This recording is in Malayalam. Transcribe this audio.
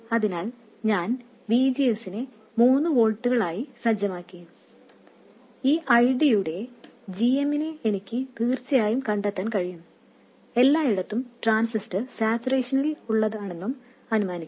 അതിനാൽ ഞാൻ V G S നെ മൂന്ന് വോൾട്ടുകളായി സജ്ജമാക്കി ഈ I D യുടെ gm നെ എനിക്ക് തീർച്ചയായും കണ്ടെത്താൻ കഴിയും എല്ലായിടത്തും ട്രാൻസിസ്റ്റർ സാച്ചുറേഷനിൽ ഉള്ളതാണെന്നും അനുമാനിക്കണം